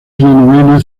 novena